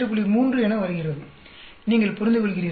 3 என வருகிறது நீங்கள் புரிந்துகொள்கிறீர்களா